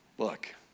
Look